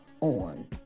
on